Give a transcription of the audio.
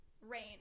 rain